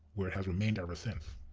where it has remained ever since.